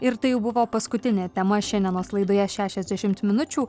ir tai jau buvo paskutinė tema šiandienos laidoje šešiasdešimt minučių